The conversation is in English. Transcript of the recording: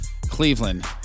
Cleveland